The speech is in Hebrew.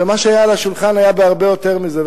ומה שהיה על השולחן היה הרבה יותר מזה.